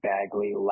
Bagley